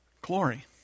Glory